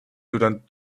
durante